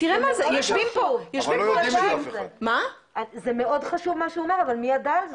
מה שהוא אמר מאוד חשוב, אבל מי ידע על זה?